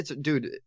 dude